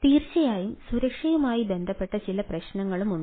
തീർച്ചയായും സുരക്ഷയുമായി ബന്ധപ്പെട്ട ചില പ്രശ്നങ്ങളുണ്ട്